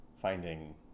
finding